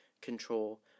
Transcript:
control